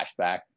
flashback